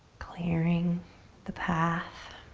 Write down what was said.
clearing the path.